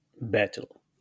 battle